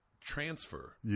transfer